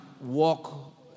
walk